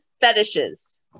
fetishes